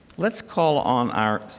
let's call on our